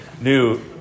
new